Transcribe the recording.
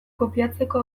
kopiatzeko